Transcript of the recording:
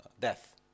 death